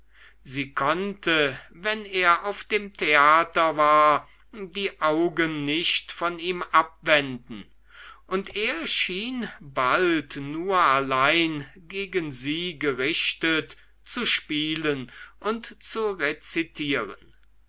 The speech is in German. sie konnte wenn er auf dem theater war die augen nicht von ihm abwenden und er schien bald nur allein gegen sie gerichtet zu spielen und zu rezitieren